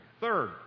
Third